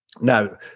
Now